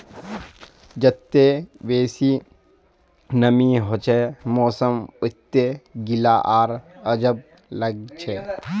जत्ते बेसी नमीं हछे मौसम वत्ते गीला आर अजब लागछे